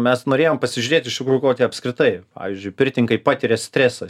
mes norėjom pasižiūrėt iš tikrųjų kokį apskritai pavyzdžiui pirtininkai patiria stresą